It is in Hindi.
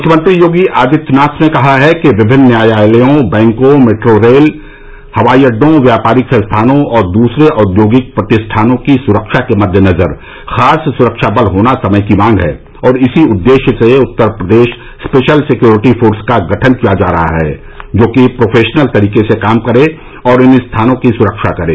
मुख्यमंत्री योगी आदित्यनाथ ने कहा है कि विभिन्न न्यायालयों बैंकों मेट्रो रेल हवाई अड्डों व्यापारिक संस्थानों और दूसरे औद्योगिक प्रतिष्ठानों की सुरक्षा के मद्देनजर खास सुरक्षा बल होना समय की मांग है और इसी उद्देश्श्य से Uttar Pradesh special security force का गठन ँकिया जा रहा है जो कि ंप्रोफेशनल तरीके से काम करे और इन स्थानों की सुरक्षा करे